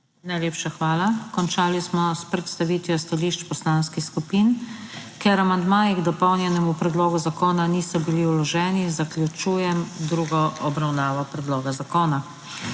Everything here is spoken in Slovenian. Najlepša hvala. Končali smo s predstavitvijo stališč poslanskih skupin. Ker amandmaji k dopolnjenemu predlogu zakona niso bili vloženi, zaključujem drugo obravnavo predloga zakona.